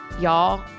y'all